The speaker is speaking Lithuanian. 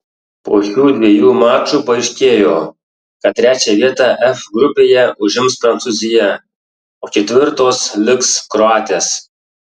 po šių dviejų mačų paaiškėjo kad trečią vietą f grupėje užims prancūzija o ketvirtos liks kroatės